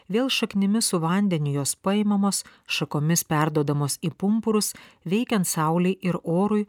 vėl šaknimis su vandeniu jos paimamos šakomis perduodamos į pumpurus veikiant saulei ir orui